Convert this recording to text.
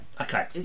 Okay